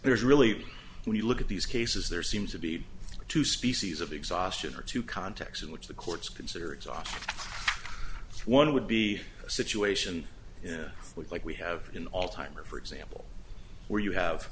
there's really when you look at these cases there seems to be two species of exhaustion or two contexts in which the courts consider exhaust one would be a situation like we have in all time or for example where you have